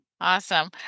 awesome